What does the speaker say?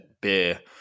beer